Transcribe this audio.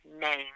name